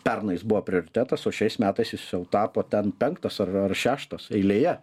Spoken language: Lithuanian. pernai jis buvo prioritetas o šiais metais jis jau tapo ten penktas ar ar šeštas eilėje